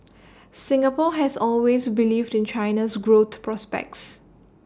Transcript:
Singapore has always believed in China's growth prospects